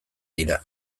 dira